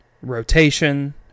rotation